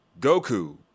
Goku